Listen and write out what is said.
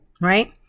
right